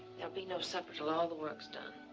be no supper till all the work's done.